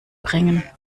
bringen